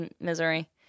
misery